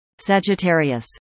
Sagittarius